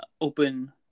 open